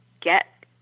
get